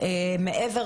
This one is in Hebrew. מעבר